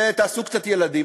ותעשו קצת ילדים.